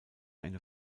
eine